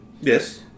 Yes